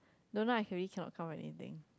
don't know I really cannot come up with anything